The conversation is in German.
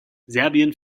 serbien